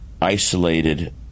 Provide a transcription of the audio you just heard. isolated